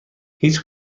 هیچ